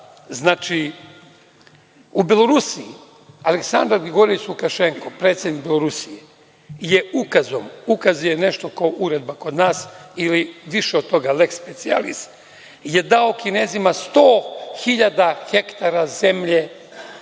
tačku. U Belorusiji Aleksandar Gligorijevič Lukašenko, predsednik Belorusije je ukazom, ukaz je nešto kao uredba kod nas ili više od toga, lek specijalis, je dao Kinezima 100.000 hektara zemlje,